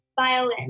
Violin